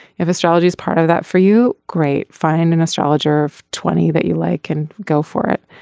if astrology is part of that for you. great. find an astrologer of twenty that you like and go for it.